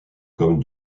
comme